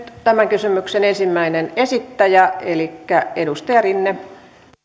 tämän kysymyksen ensimmäinen esittäjä elikkä edustaja rinne